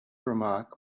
remark